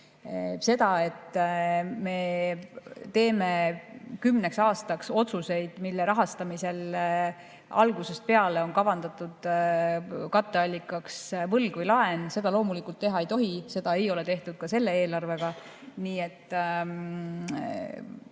Seda, et me teeme kümneks aastaks otsuseid, mille rahastamisel algusest peale on kavandatud katteallikaks võlg või laen – seda loomulikult teha ei tohi ja seda ka ei ole tehtud selle eelarvega. Nii et